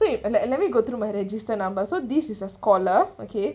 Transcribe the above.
wait eh let me go through my register numbers so this is a scholar okay